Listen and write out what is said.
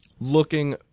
looking